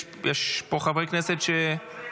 יש פה חברי כנסת --- אנחנו מוותרים.